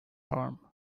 arm